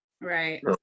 Right